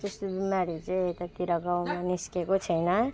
त्यस्तो बिमारीहरू चाहिँ यतातिर गाउँमा निस्केको छैन